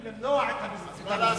לא קראתי לוועדה קרואה,